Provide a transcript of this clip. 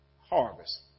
harvest